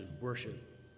worship